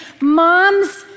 Mom's